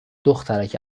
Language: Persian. دخترک